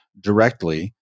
directly